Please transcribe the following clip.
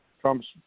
Trump's